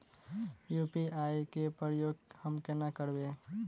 UPI केँ प्रयोग हम कोना करबे?